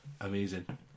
amazing